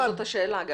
זאת לא השאלה.